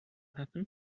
happen